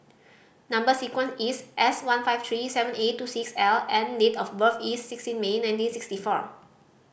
number sequence is S one five three seven eight two six L and date of birth is sixteen May nineteen sixty four